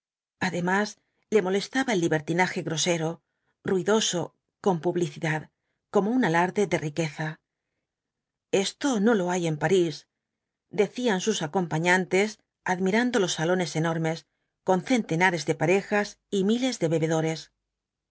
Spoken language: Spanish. además le molestaba el libertinaje grosero ruidoso con publicidad como un alarde de riqueza esto no lo hay en parís decían sus acompañantes admirando los salones enormes con centenares de parejas y miles de bebedores